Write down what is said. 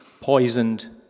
poisoned